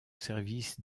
service